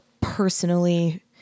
personally